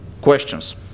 questions